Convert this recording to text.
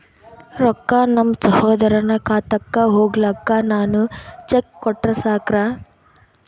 ರೊಕ್ಕ ನಮ್ಮಸಹೋದರನ ಖಾತಕ್ಕ ಹೋಗ್ಲಾಕ್ಕ ನಾನು ಚೆಕ್ ಕೊಟ್ರ ಸಾಕ್ರ?